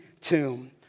tomb